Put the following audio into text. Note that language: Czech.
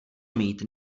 mít